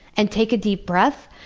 and take a deep breath.